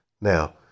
Now